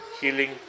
healing